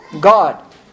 God